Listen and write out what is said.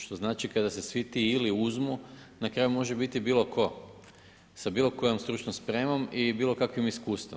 Što znači, kada se svi ti ili uzmu, na kraju može biti bilo tko, sa bilo kojom stručnom spremom i bilo kakvim iskustvom.